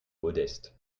modestes